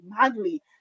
madly